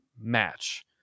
match